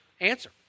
answer